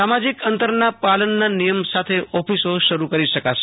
સામાજિક અંતરના પાલનના નિયમ સાથે ઓફિસો શરૂ કરી શકાશે